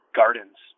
gardens